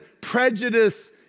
prejudice